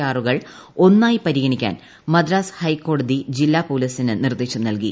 ആറുകൾ ഒന്നായി പരിഗണിക്കാൻ മദ്രാസ് ഹൈക്കോടതി ജില്ലാ പോലീസിന് നിർദ്ദേശം നൽകി